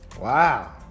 Wow